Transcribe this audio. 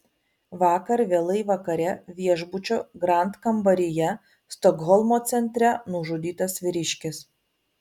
vakar vėlai vakare viešbučio grand kambaryje stokholmo centre nužudytas vyriškis